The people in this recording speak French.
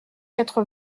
quatre